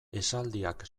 esaldiak